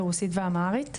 ברוסית ואמהרית?